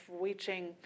reaching